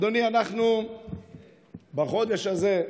אדוני, בחודש הזה,